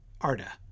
Arda